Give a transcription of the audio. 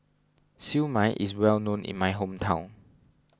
Siew Mai is well known in my hometown